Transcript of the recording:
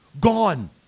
gone